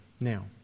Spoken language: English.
Now